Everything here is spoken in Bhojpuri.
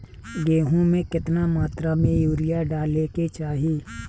गेहूँ में केतना मात्रा में यूरिया डाले के चाही?